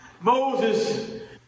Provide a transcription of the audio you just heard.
Moses